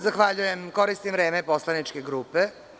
Zahvaljujem, koristim vreme poslaničke grupe.